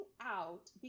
out